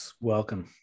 Welcome